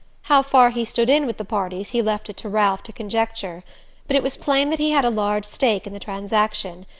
how far he stood in with the parties he left it to ralph to conjecture but it was plain that he had a large stake in the transaction,